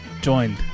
joined